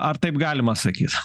ar taip galima sakyt